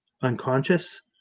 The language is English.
unconscious